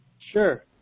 sure